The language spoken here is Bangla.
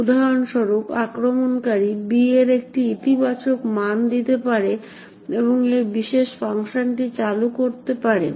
উদাহরণস্বরূপ আক্রমণকারী b এর একটি ইতিবাচক মান দিতে পারে এবং এই বিশেষ ফাংশনটি চালু করতে পারে